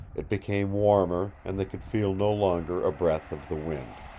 it became warmer and they could feel no longer a breath of the wind.